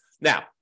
Now